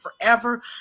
forever